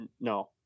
No